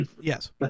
Yes